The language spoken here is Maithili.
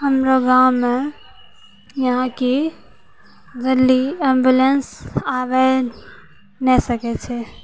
हमरा गाममे यहाँकी जल्दी एम्बुलेन्स आबै नहि सकै छै